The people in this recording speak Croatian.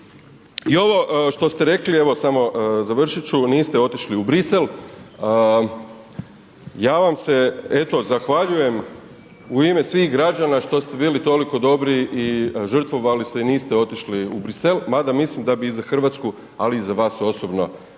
I ovo što s te rekli, evo samo, završit ću, niste otišli u Bruxelles, ja vam se eto zahvaljujem u ime svih građana što ste bili toliko dobri i žrtvovali se i niste otišli u Bruxelles mada mislim da bi za Hrvatsku ali i za vas osobno